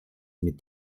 mit